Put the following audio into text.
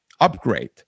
Upgrade